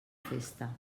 festa